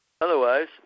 Otherwise